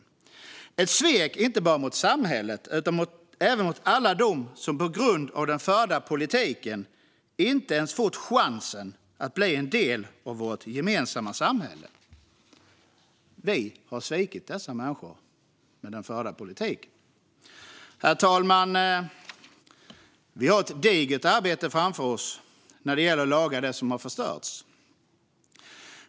Det är ett svek, inte bara mot samhället utan även mot alla dem som på grund av den förda politiken inte ens fått chansen att bli en del av vårt gemensamma samhälle. Vi har svikit dessa människor med den förda politiken. Herr talman! Vi har ett digert arbete framför oss när det gäller att laga det som har förstörts.